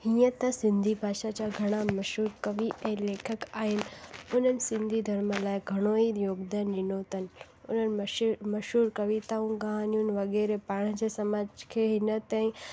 हीअं त सिंधी भाषा जा घणा मशहूर कवि ऐं लेखक आहिनि उन्हनि सिंधी धर्म लाइ घणो ई योगदानु ॾिनो अथनि उन्हनि मश मशहूर कविताऊं गाना वग़ैरह पाण जे समाज खे हिन ताईं